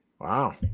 Wow